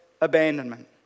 abandonment